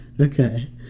Okay